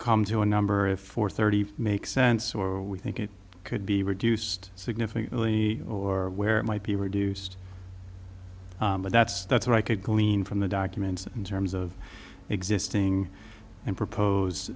come to a number if four thirty five makes sense or we think it could be reduced significantly or where it might be reduced but that's that's what i could glean from the documents in terms of existing and propose